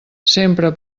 sempre